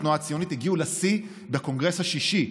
התנועה הציונית הגיעו לשיא בקונגרס השישי,